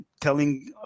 telling